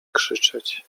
krzyczeć